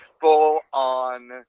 full-on